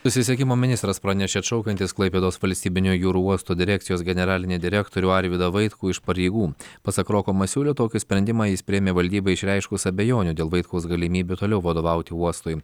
susisiekimo ministras pranešė atšaukiantis klaipėdos valstybinio jūrų uosto direkcijos generalinį direktorių arvydą vaitkų iš pareigų pasak roko masiulio tokį sprendimą jis priėmė valdybai išreiškus abejonių dėl vaitkaus galimybių toliau vadovauti uostui